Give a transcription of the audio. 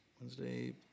Wednesday